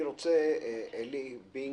עלי בינג,